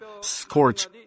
scorch